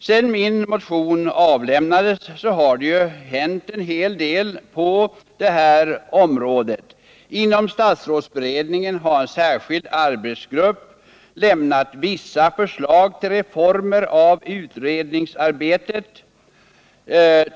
Sedan min motion avlämnades har det ju hänt en hel del på detta område. Inom statsrådsberedningen har en särskild arbetsgrupp lämnat vissa förslag till reformer av utredningsarbetet.